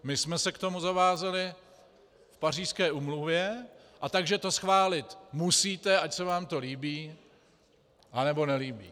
My jsme se k tomu zavázali v Pařížské úmluvě, takže to schválit musíte, ať se vám to líbí, anebo nelíbí.